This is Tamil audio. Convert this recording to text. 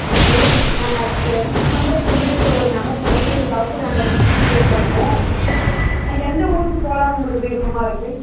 ஓகே சிக்ஸ் மெம்பெர்ஸ்சுக்கு வந்து ஒரு மெம்பர்ஸ் வந்து தௌசண்ட் ஹண்ட்ரட் ரூபீஸ் பே பண்ணும் எந்த ஊருக்கு போகலானு உங்குளுக்கு விருப்பமாக இருக்குது